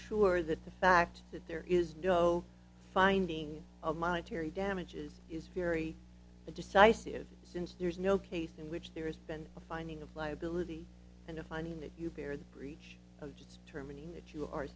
sure that the fact that there is no finding of monetary damages is very decisive since there is no case in which there has been a finding of liability and a finding that you bear the breach of just terminating that you are